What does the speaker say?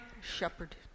shepherd